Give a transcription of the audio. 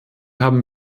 haben